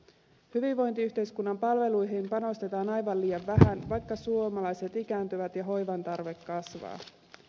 hyvinvointiyhteiskunnan palveluihin panostetaan aivan liian vähän vaikka suomalaiset ikääntyvät ja hoivan tarve kasvaa